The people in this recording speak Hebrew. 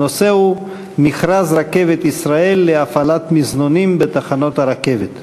הנושא הוא: מכרז "רכבת ישראל" להפעלת מזנונים בתחנות הרכבת.